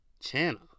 channel